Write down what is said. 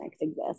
exist